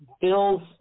Bills